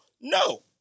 No